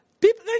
people